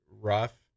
rough